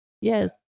Yes